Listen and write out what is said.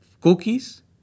cookies